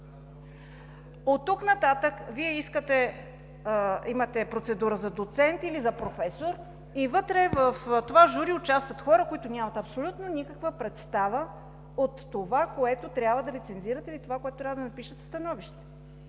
Оттук нататък Вие искате, имате процедура за доцент или за професор и вътре в това жури участват хора, които нямат абсолютно никаква представа от това, което трябва да рецензират или това, което трябва да напишат в становищата.